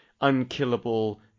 unkillable